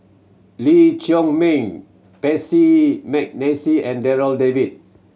Lee Chiaw Meng Percy McNeice and Darryl David